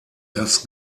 das